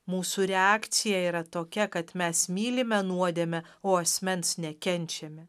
mūsų reakcija yra tokia kad mes mylime nuodėmę o asmens nekenčiame